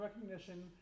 recognition